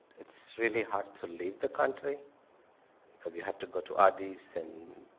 it's really hard to leave the country because you have to go to addis and